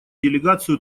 делегацию